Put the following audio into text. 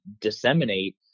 disseminate